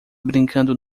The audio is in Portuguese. brincando